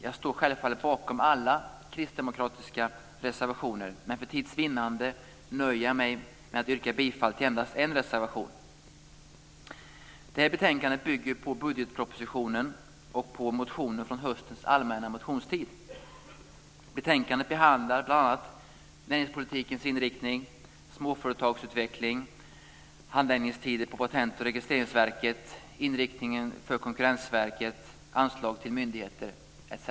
Jag står självfallet bakom alla kristdemokratiska reservationer men för tids vinnande nöjer jag mig med att yrka bifall till endast en reservation. Betänkandet bygger på budgetpropositionen och på motioner från höstens allmänna motionstid. I betänkandet behandlas näringspolitikens inriktning, småföretagsutveckling, handläggningstider på Patentoch registreringsverket, inriktningen för Konkurrensverket, anslag till myndigheter etc.